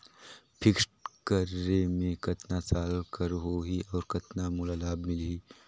Fixed करे मे कतना साल कर हो ही और कतना मोला लाभ मिल ही?